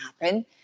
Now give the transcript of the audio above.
happen